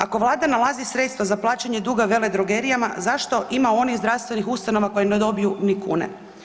Ako Vlada nalazi sredstva za plaćanje duga veledrogerijama zašto ima onih zdravstvenih ustanova koje ne dobiju ni kune?